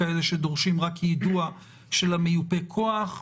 כאלה שדורשים רק יידוע של מיופה הכוח.